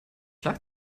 der